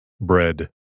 Bread